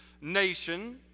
nation